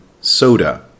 soda